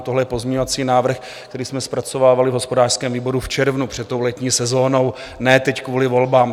Tohle je pozměňovací návrh, který jsme zpracovávali v hospodářském výboru v červnu před letní sezonou, ne teď kvůli volbám.